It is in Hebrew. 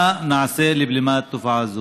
מה נעשה לבלימת תופעה זו?